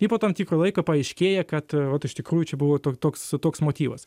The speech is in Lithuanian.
ir po tam tikro laiko paaiškėja kad vat iš tikrųjų čia buvo toks toks motyvas